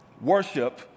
Worship